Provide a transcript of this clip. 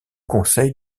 conseil